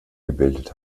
gebildet